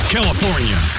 California